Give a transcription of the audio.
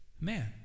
Man